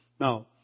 Now